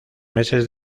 meses